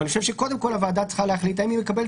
אבל אני חושב שקודם כול הוועדה צריכה להחליט האם היא מקבלת